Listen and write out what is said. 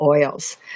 oils